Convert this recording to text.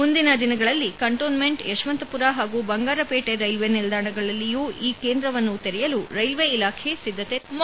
ಮುಂದಿನ ದಿನಗಳಲ್ಲಿ ಕಂಟೋನ್ಮೆಂಟ್ ಯಶವಂತಪುರ ಹಾಗೂ ಬಂಗಾರ ಪೇಟೆ ರೈಲ್ವೆ ನಿಲ್ದಾಣಗಳಲ್ಲಿಯೂ ಈ ಕೇಂದ್ರವನ್ನು ತೆರೆಯಲು ರೈಲ್ವೆ ಇಲಾಖೆ ಸಿದ್ದತೆ ನಡೆಸಿದೆ